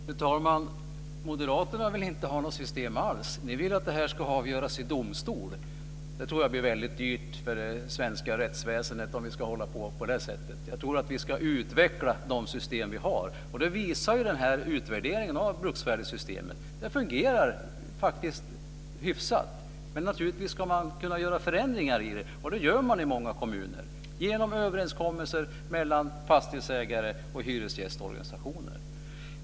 Fru talman! Moderaterna vill inte ha något system alls. Ni vill att det här ska avgöras i domstol. Jag tror att det blir väldigt dyrt för det svenska rättsväsendet om vi ska hålla på så. Jag tror att vi ska utveckla de system vi har. Utvärderingen av bruksvärdessystemet visar ju att det faktiskt fungerar hyfsat. Men naturligtvis ska man kunna göra förändringar i det, och det gör man i många kommuner - genom överenskommelser mellan fastighetsägare och hyresgästorganisationer.